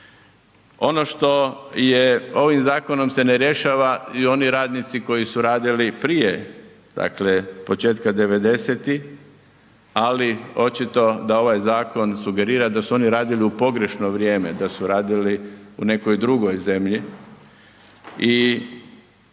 Ono što je ovim zakonom se ne rješava i oni radnici koji su radili prije dakle početka '90.-tih, ali očito da ovaj zakon sugerira da su oni radili u pogrešno vrijeme, da su radili u nekoj drugoj zemlji